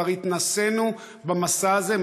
כבר התנסינו במסע הזה,